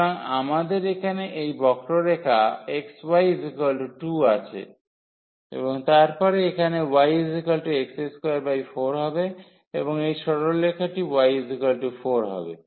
সুতরাং আমাদের এখানে এই বক্ররেখা xy 2 আছে এবং তারপরে এখানে yx24 হবে এবং এই সরলরেখাটি y4 হবে